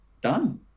done